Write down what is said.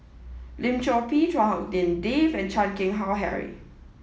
Lim Chor Pee Chua Hak Lien Dave and Chan Keng Howe Harry